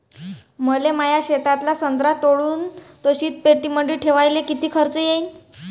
मले माया शेतातला संत्रा तोडून तो शीतपेटीमंदी ठेवायले किती खर्च येईन?